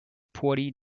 poorly